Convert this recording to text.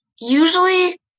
usually